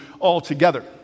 altogether